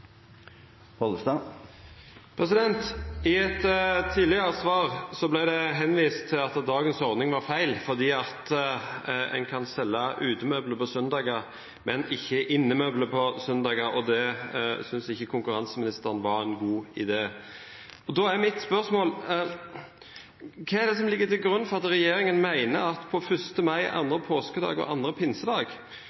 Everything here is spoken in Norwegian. I et tidligere svar ble det henvist til at dagens ordning var feil fordi en kan selge utemøbler på søndager, men ikke innemøbler på søndager, og det syntes ikke konkurranseministeren var en god idé. Da er mitt spørsmål: Hva er det som ligger til grunn for at regjeringen mener at på 1. mai, på annen påskedag og på annen pinsedag